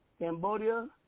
Cambodia